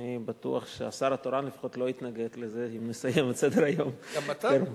אני בטוח שהשר התורן לפחות לא יתנגד אם נסיים את סדר-היום יותר מוקדם.